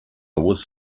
was